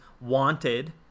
Wanted